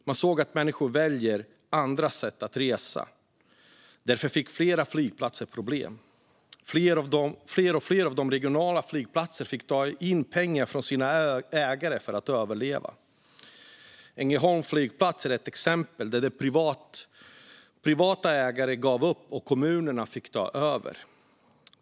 Man såg att människor valde andra sätt att resa. Därför fick flera flygplatser problem. Fler och fler regionala flygplatser fick ta in pengar från sina ägare för att överleva. Ängelholms flygplats är ett exempel där privata ägare gav upp och kommunerna fick ta över.